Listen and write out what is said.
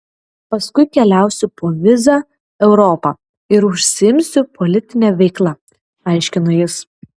paskui keliausiu po vizą europą ir užsiimsiu politine veikla aiškino jis